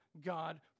God